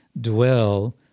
dwell